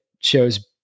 shows